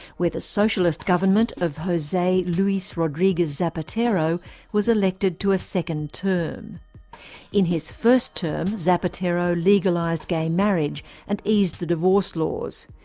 socialist government of jose luis rodriguez zapatero was elected to a second term in his first term, zapatero legalised gay marriage and eased the divorce laws.